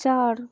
চার